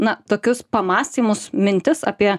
na tokius pamąstymus mintis apie